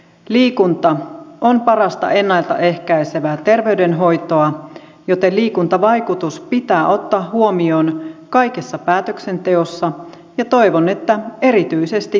liikunta on parasta ennalta ehkäisevää terveydenhoitoa joten liikuntavaikutus pitää ottaa huomioon kaikessa päätöksenteossa ja toivon että erityisesti tässä lakialoitteessa